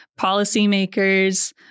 policymakers